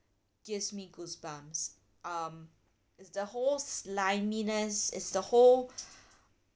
gives me goosebumps um it's the whole sliminess it's the whole